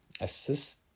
assist